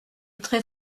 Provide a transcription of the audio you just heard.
très